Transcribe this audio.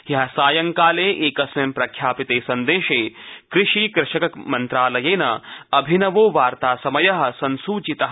ह्यः सायं काले एकस्मिन् प्रख्यापिते सन्देशे कृषि कृषक मन्त्रालयेन अभिनवो वार्तासमयः संसूचितः